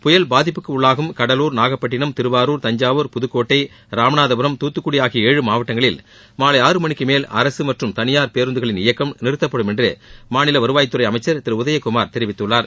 புயல் பாதிப்புக்கு உள்ளாகும் கடலூர் நாகப்பட்டினம் திருவாரூர் தஞ்சாவூர் புதுக்கோட்டை ராமநாதபுரம் துத்துக்குடி ஆகிய ஏழு மாவட்டங்களில் மாலை ஆறு மணிக்கு மேல் அரசு மற்றும் தளியார் பேருந்துகளின் இயக்கம் நிறுத்தப்படும் என்று மாநில வருவாய்த்துறை அமைச்சர் திரு உதயகுமார் தெரிவித்துள்ளார்